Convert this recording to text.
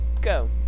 go